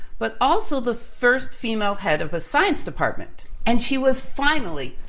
but, also the first female head of a science department. and, she was finally,